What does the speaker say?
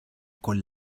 con